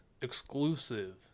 Exclusive